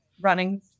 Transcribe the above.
Running